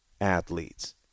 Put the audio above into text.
athletes